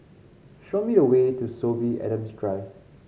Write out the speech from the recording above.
show me the way to Sorby Adams Drive